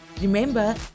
Remember